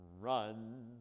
run